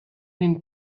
dem